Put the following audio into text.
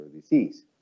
disease